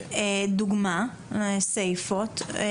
דוגמה סיפות.